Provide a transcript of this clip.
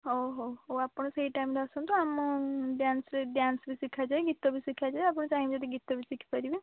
ହଉ ହଉ ହଉ ଆପଣ ସେଇ ଟାଇମ୍ରେ ଆସନ୍ତୁ ଆମ ଡ୍ୟାନ୍ସରେ ଡ୍ୟାନ୍ସ ବି ଶିଖାଯାଏ ଗୀତ ବି ଶିଖାଯାଏ ଆପଣ ଚାହିଁବେ ଯଦି ଗୀତ ବି ଶିଖିପାରିବେ